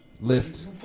lift